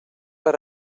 per